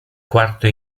quarto